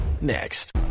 next